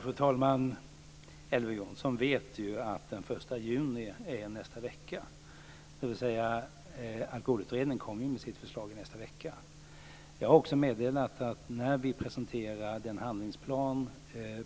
Fru talman! Elver Jonsson vet att den 1 juni är i nästa vecka och Alkoholutredningen kommer med sitt förslag nästa vecka. Jag har meddelat att när vi presenterar den handlingsplan